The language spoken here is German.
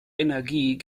energie